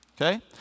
Okay